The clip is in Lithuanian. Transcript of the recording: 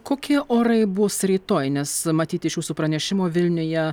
kokie orai bus rytoj nes matyt iš jūsų pranešimo vilniuje